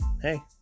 Hey